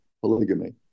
polygamy